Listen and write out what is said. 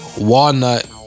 Walnut